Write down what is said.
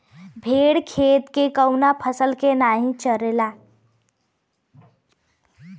भेड़ खेत के कवनो फसल के नाही चरला